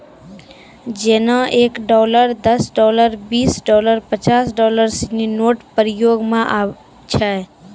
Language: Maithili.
जेना एक डॉलर दस डॉलर बीस डॉलर पचास डॉलर सिनी नोट प्रयोग म छै